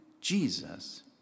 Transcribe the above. Jesus